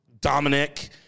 Dominic